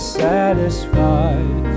satisfied